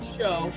show